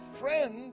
Friend